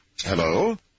Hello